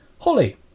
Holly